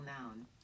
noun